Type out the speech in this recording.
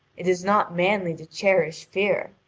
it is not manly to cherish fear.